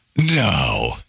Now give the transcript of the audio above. No